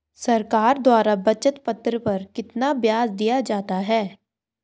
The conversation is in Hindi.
सरकार द्वारा बचत पत्र पर कितना ब्याज दिया जाता है?